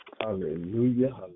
Hallelujah